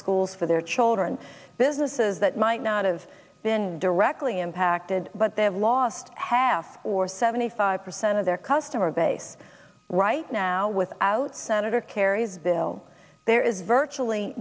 schools for their children businesses that might not of been directly impacted but they have lost half or seventy five percent of their customer base right now without senator kerry's bill there is virtually